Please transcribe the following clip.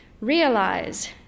Realize